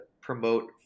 promote